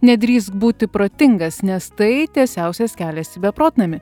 nedrįsk būti protingas nes tai tiesiausias kelias į beprotnamį